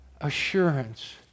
assurance